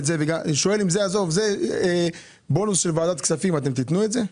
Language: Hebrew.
אם זה בונוס של ועדת כספים, אתם תתנו את זה?